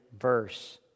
verse